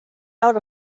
out